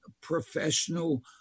professional